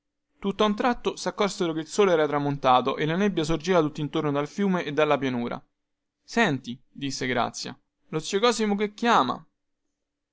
stava a guardare tutta un tratto saccorsero che il sole era tramontato e la nebbia sorgeva tuttintorno dal fiume e dalla pianura senti disse grazia lo zio cosimo che chiama